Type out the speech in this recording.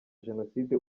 jenoside